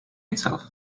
itself